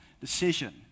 decision